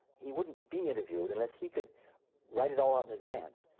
he wouldn't be interviewed unless he could write it all out in advance,